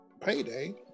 payday